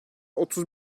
otuz